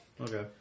Okay